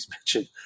mentioned